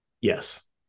yes